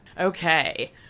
Okay